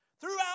Throughout